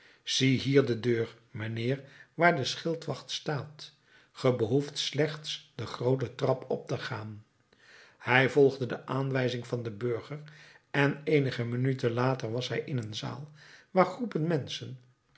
ziehier de deur mijnheer waar de schildwacht staat ge behoeft slechts de groote trap op te gaan hij volgde de aanwijzing van den burger en eenige minuten later was hij in een zaal waar groepen menschen